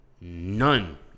none